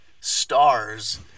stars